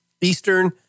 Eastern